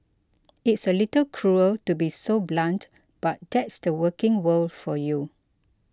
it's a little cruel to be so blunt but that's the working world for you